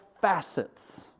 facets